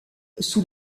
sous